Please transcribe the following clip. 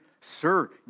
Sir